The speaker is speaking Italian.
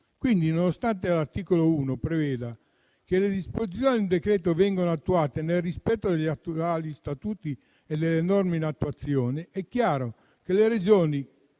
Pertanto, nonostante l'articolo 1 preveda che le disposizioni del decreto-legge vengano attuate nel rispetto degli attuali statuti e delle norme in attuazione, le Regioni